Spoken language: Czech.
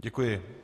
Děkuji.